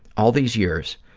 all these years,